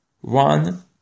one